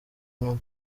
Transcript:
nyuma